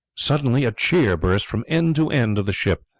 suddenly a cheer burst from end to end of the ship.